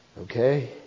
Okay